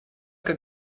как